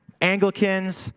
Anglicans